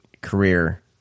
career